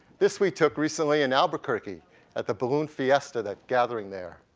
this we took recently in albuquerque at the balloon fiesta, that gathering there.